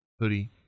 hoodie